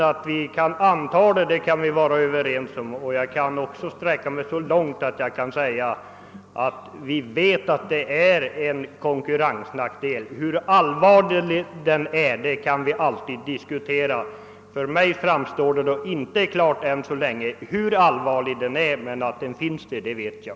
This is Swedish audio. Att vi kan anta kan vi vara överens om, och jag kan också sträcka mig så långt att jag säger att vi vet att det är en konkurrensnackdel. Hur allvarlig den är kan alltid diskuteras. För mig är det i alla fall för närvarande inte klart hur allvarlig nackdelen är, men att den finns vet jag.